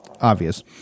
obvious